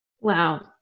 Wow